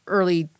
early